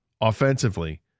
offensively